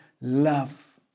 love